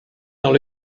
dans